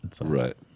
right